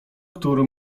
który